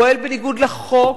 פועל בניגוד לחוק,